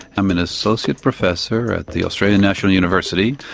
i'm an associate professor at the australian national university,